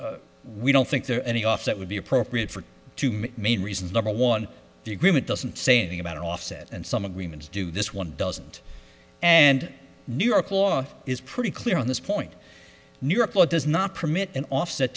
counsel we don't think there are any off that would be appropriate for two main reasons number one the agreement doesn't say anything about an offset and some agreements do this one doesn't and new york law is pretty clear on this point new york law does not permit an offset